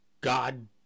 God